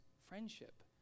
friendship